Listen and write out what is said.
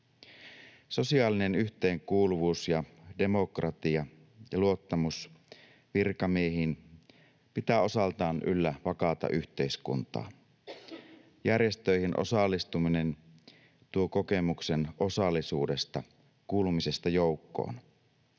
Sosiaalinen yhteenkuuluvuus ja demokratia ja luottamus virkamiehiin pitää osaltaan yllä vakaata yhteiskuntaa. Järjestöihin osallistuminen tuo kokemuksen osallisuudesta, kuulumisesta joukkoon.